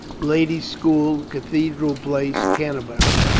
ladies school, cathedral place, canterbury.